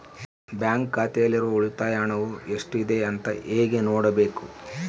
Bank ಖಾತೆಯಲ್ಲಿರುವ ಉಳಿತಾಯ ಹಣವು ಎಷ್ಟುಇದೆ ಅಂತ ಹೇಗೆ ನೋಡಬೇಕು?